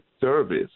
service